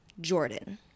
Jordan